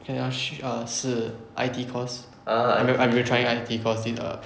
can 要去 err 试 I_T course I been I been trying I_T course this err